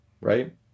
right